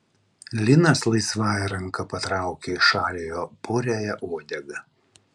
linas laisvąja ranka patraukia į šalį jo puriąją uodegą